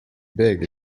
big